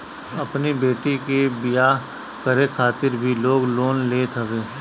अपनी बेटी के बियाह करे खातिर भी लोग लोन लेत हवे